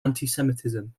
antisemitism